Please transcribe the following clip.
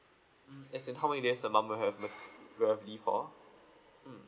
mm as in how many days the mum will have um will have leave for mm